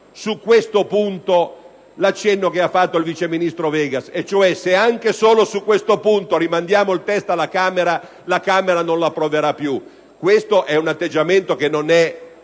su questo punto l'accenno che ha fatto il vice ministro Vegas, e cioè che se anche solo su questo punto rimandiamo il testo alla Camera, la Camera non lo approverà più: questo atteggiamento non